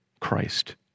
Christ